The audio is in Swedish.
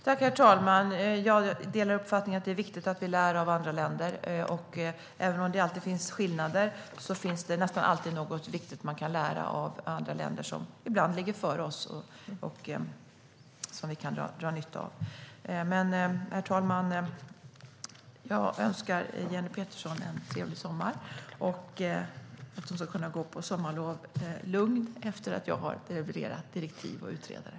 Herr talman! Jag delar uppfattningen att det är viktigt att vi lär av andra länder. Även om det finns skillnader finns det nästan alltid något viktigt som vi kan lära av andra länder som ibland ligger före oss. Herr talman! Jag önskar Jenny Petersson en trevlig sommar och att hon ska kunna gå på sommarlov lugn efter det att jag har levererat direktiv och utredare.